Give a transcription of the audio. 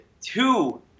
two